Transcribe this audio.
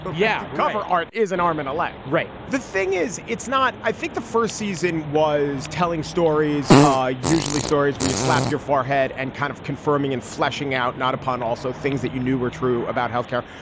but yeah. cover art is an arm and a leg. right the thing is, it's not. i think the first season was telling stories, ah usually stories where you slapped your far farhad and kind of confirming and fleshing out not upon also things that you knew were true about health care,